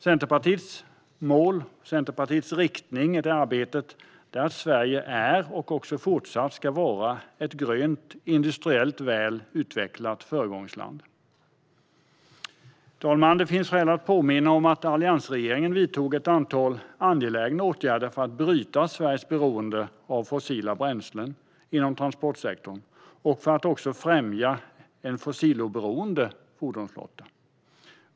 Centerpartiets mål och riktning i det arbetet är att Sverige också fortsatt ska vara ett grönt, industriellt väl utvecklat föregångsland. Herr talman! Det finns skäl att påminna om att alliansregeringen vidtog ett antal angelägna åtgärder för att bryta Sveriges beroende av fossila bränslen inom transportsektorn och för att också främja en fossiloberoende fordonsflotta.